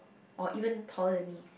or even taller than me